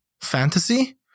fantasy